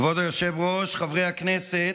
כבוד היושב-ראש, חברי הכנסת,